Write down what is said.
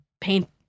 paint